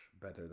better